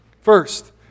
First